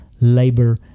labor